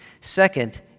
second